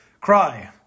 cry